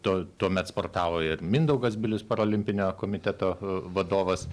tuo tuomet sportavo ir mindaugas bilius parolimpinio komiteto e vadovas